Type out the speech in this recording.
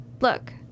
look